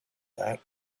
that